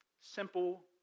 simple